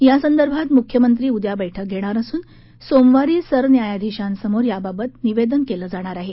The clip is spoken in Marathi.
यासंदर्भात मुख्यमंत्री उद्या बैठक घेणार असून सोमवारी सरन्यायाधीशांसमोर याबाबत निवेदन केलं जाणार आहे